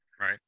right